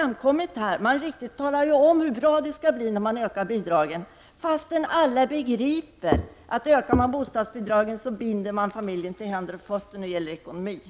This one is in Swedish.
Man talar ju om hur bra det skall bli när bidragen höjs, fastän alla begriper att ökar man bostadsbidragen binder man familjen till händer och fötter när det gäller ekonomin.